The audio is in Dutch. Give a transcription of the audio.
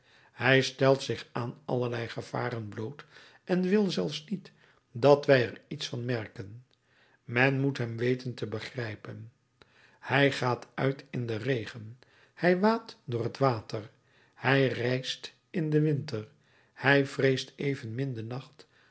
hij stelt zich aan allerlei gevaren bloot en wil zelfs niet dat wij er iets van merken men moet hem weten te begrijpen hij gaat uit in den regen hij waadt door water hij reist in den winter hij vreest evenmin den nacht